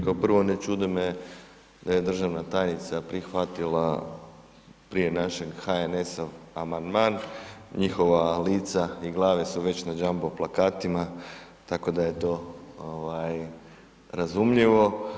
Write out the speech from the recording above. Kao prvo, ne čudi me da je državna tajnica prihvatila prije našeg HNS-ov amandman, njihova lica i glave su već na jumbo plakatima tako da je to razumljivo.